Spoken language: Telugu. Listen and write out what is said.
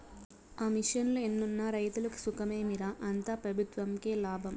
ఆ మిషన్లు ఎన్నున్న రైతులకి సుఖమేమి రా, అంతా పెబుత్వంకే లాభం